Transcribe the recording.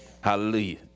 Hallelujah